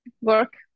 work